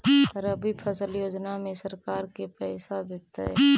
रबि फसल योजना में सरकार के पैसा देतै?